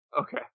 Okay